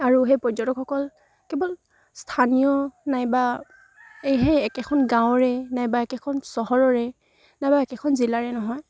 আৰু সেই পৰ্যটকসকল কেৱল স্থানীয় নাইবা এই সেই একেখন গাঁৱৰে নাইবা একেখন চহৰৰে নাইবা একেখন জিলাৰে নহয়